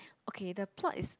okay the plot is